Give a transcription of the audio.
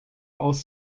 aus